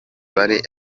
bari